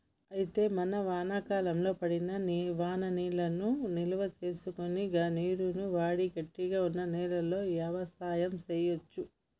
అయితే మనం వానాకాలంలో పడిన వాననీళ్లను నిల్వసేసుకొని గా నీరును వాడి గట్టిగా వున్న నేలలో యవసాయం సేయచ్చు